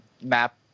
map